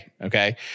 Okay